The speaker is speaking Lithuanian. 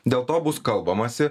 dėl to bus kalbamasi